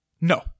No